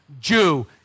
Jew